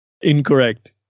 Incorrect